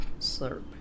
slurp